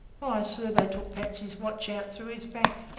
why, sir, they took patsy's watch out through his back.